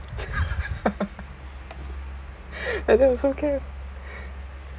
like that also can